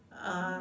uh